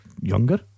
younger